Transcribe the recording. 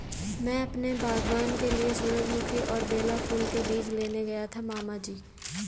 मैं अपने बागबान के लिए सूरजमुखी और बेला फूल के बीज लेने गया था मामा जी